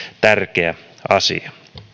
tärkeä asia